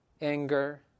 anger